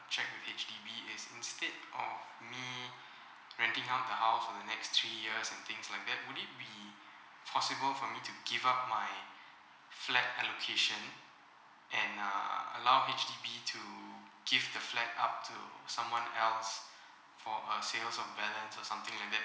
check with H_D_B is instead of me renting out the house for the next three years and things like that would it be possible for me to give up my flat allocation and uh allow H_D_B to give the flat up to someone else for a sales on balance or something like that